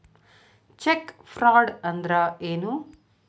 Check fraud ಅಂದ್ರ ಏನು?